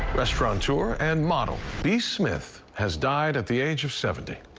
restaurateur and model b. smith has died at the age of seventy.